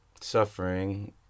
suffering